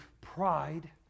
pride